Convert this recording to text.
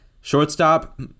Shortstop